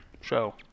Show